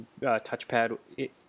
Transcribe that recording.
touchpad